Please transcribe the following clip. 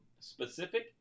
specific